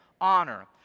honor